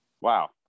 wow